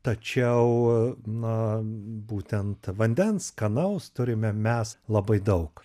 tačiau na būtent vandens skanaus turime mes labai daug